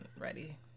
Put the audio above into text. ready